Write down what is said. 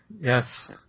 yes